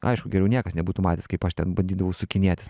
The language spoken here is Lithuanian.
aišku geriau niekas nebūtų matęs kaip aš ten bandydavau sukinėtis